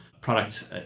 product